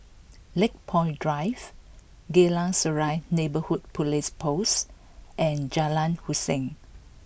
Lakepoint Drive Geylang Serai Neighbourhood Police Post and Jalan Hussein